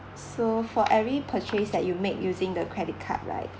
so for every purchase that you make using the credit card right